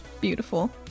Beautiful